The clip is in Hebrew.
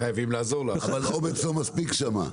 אבל אומץ לא מספיק שם.